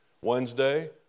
Wednesday